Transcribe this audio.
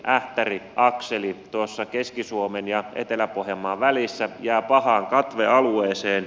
lehtimäkisoiniähtäri akseli keski suomen ja etelä pohjanmaan välissä jää pahaan katvealueeseen